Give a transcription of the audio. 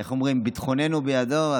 איך אומרים, ביטחוננו בידו.